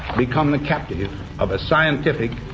become the captive of a scientific,